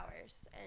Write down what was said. hours